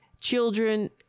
children